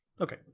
Okay